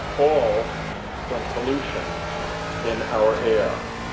all from pollution in our air.